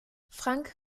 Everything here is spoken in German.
frank